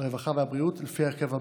הרווחה והבריאות, לפי ההרכב הזה: